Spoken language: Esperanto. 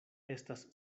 estas